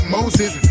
Moses